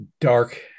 dark